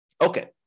Okay